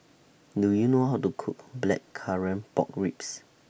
Do YOU know How to Cook Blackcurrant Pork Ribs